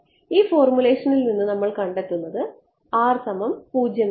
ഈ ഫോർമുലേഷനിൽ നിന്ന് നമ്മൾ കണ്ടെത്തുന്നത് എന്നാണ്